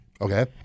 Okay